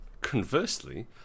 Conversely